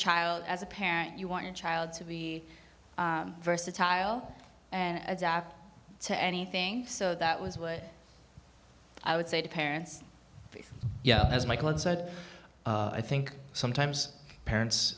child as a parent you want your child to be versatile and to anything so that was what i would say to parents yeah as michael said i think sometimes parents